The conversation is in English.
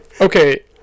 Okay